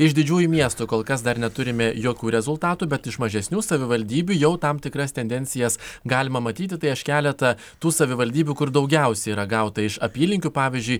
iš didžiųjų miestų kol kas dar neturime jokių rezultatų bet iš mažesnių savivaldybių jau tam tikras tendencijas galima matyti tai aš keletą tų savivaldybių kur daugiausiai yra gauta iš apylinkių pavyzdžiui